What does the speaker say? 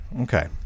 Okay